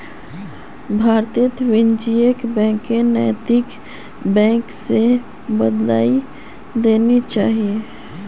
भारतत वाणिज्यिक बैंकक नैतिक बैंक स बदलइ देना चाहिए